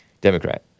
Democrat